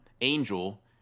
Angel